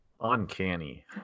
Uncanny